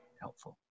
helpful